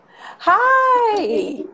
Hi